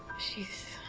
she's